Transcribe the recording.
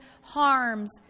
harms